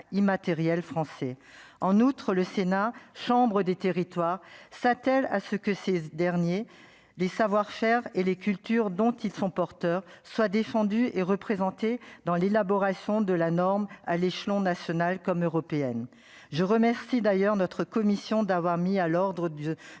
immatériel français en outre le Sénat chambre des territoires s'attelle à ce que ces derniers, les savoir-faire et les cultures dont ils sont porteurs soient défendus et représentés dans l'élaboration de la norme à l'échelon national comme européenne, je remercie d'ailleurs notre commission d'avoir mis à l'ordre du